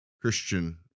Christian